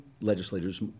legislators